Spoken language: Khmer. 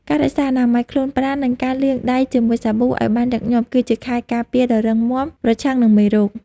ការរក្សាអនាម័យខ្លួនប្រាណ និងការលាងដៃជាមួយសាប៊ូឱ្យបានញឹកញាប់គឺជាខែលការពារដ៏រឹងមាំប្រឆាំងនឹងមេរោគ។